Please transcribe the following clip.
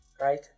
right